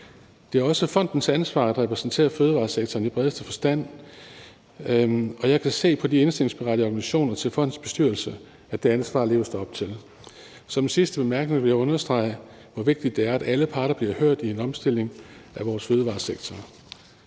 Det er også fondens ansvar at repræsentere fødevaresektoren i bredeste forstand, og jeg kan se på de indstillingsberettigede organisationer til fondens bestyrelse, at det ansvar leves der op til. Som en sidste bemærkning vil jeg understrege, hvor vigtigt det er, at alle parter bliver hørt i en omstilling af vores fødevaresektor.